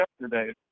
yesterday